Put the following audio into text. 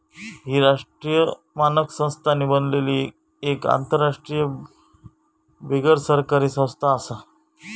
ही राष्ट्रीय मानक संस्थांनी बनलली एक आंतरराष्ट्रीय बिगरसरकारी संस्था आसा